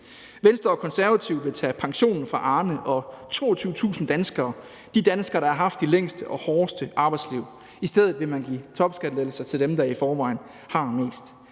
Venstre og Konservative vil tage pension fra Arne og 22.000 danskere, de danskere, der har haft de længste og hårdeste arbejdsliv. I stedet vil man give topskattelettelser til dem, der i forvejen har mest.